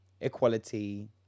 Equality